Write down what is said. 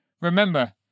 Remember